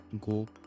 go